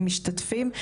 משתתפים,